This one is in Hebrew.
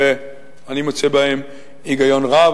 אני מוצא בהם היגיון רב,